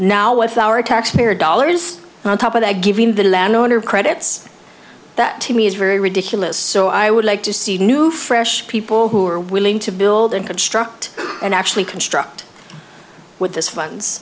now with our taxpayer dollars on top of that given the landowner credits that to me is very ridiculous so i would like to see a new fresh people who are willing to build and construct and actually construct with this funds